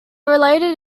related